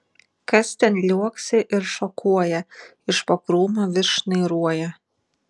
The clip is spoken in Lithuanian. kas ten liuoksi ir šokuoja iš po krūmo vis šnairuoja